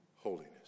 Holiness